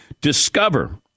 Discover